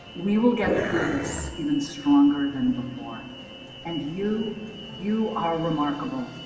we will get through this even stronger than before and you you are remarkable.